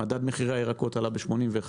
מדד מחירי הירקות עלה ב-80%,